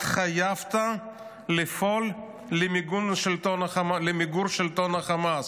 התחייבת לפעול למיגור שלטון החמאס.